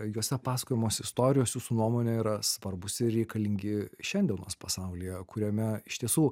juose pasakojamos istorijos jūsų nuomone yra svarbūs ir reikalingi šiandienos pasaulyje kuriame iš tiesų